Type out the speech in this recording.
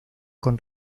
con